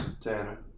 Tanner